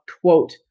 quote